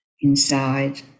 inside